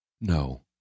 No